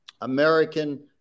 American